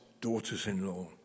daughters-in-law